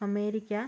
America